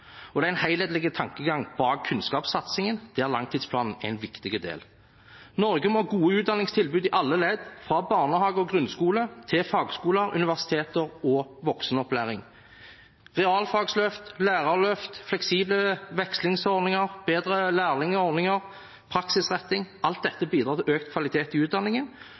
Det er en helhetlig tankegang bak kunnskapssatsingen, der langtidsplanen er en viktig del. Norge må ha gode utdanningstilbud i alle ledd – fra barnehage og grunnskole, til fagskoler, universiteter og voksenopplæring. Realfagsløft, lærerløft, fleksible vekslingsordninger, bedre lærlingordninger, praksisretting – alt dette bidrar til økt kvalitet i utdanningen.